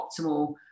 optimal